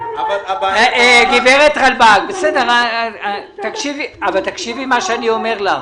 לא --- גברת רלבג, אבל תקשיבי מה שאני אומר לך.